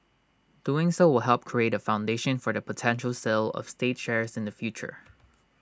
doing so will help create A foundation for the potential sale of state shares in the future